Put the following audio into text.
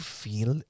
feel